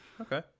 Okay